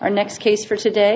our next case for today